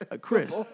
Chris